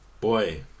Boy